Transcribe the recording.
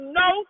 no